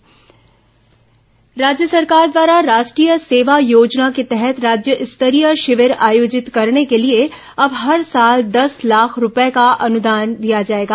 राष्ट्रीय सेवा योजना राज्य सरकार द्वारा राष्ट्रीय सेवा योजना के तहत राज्य स्तरीय शिविर आयोजित करने के लिए अब हर साल दस लाख रूपये का अनुदान दिया जाएगा